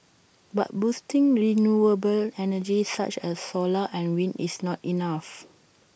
but boosting renewable energy such as solar and wind is not enough